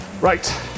Right